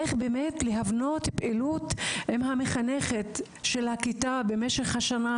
איך באמת להבנות פעילות עם המחנכת של הכיתה במשך השנה,